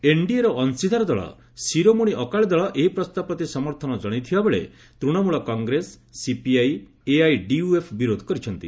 ଏନ୍ଡିଏର ଅଂଶୀଦାର ଦଳ ଶିରୋମଣି ଅକାଳୀ ଦଳ ଏହି ପ୍ରସ୍ତାବ ପ୍ରତି ସମର୍ଥନ ଜଣେଇଥିଲାବେଳେ ତୂଣମଳ କଂଗ୍ରେସ ସିପିଆଇ ଓ ଏଆଇଡିୟୁଏଫ୍ ବିରୋଧ କରିଛନ୍ତି